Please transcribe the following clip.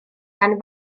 gan